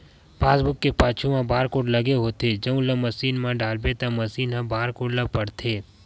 passbook के पाछू म बारकोड लगे होथे जउन ल मसीन म डालबे त मसीन ह बारकोड ल पड़थे